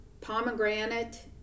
pomegranate